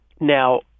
Now